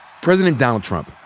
president donald trump,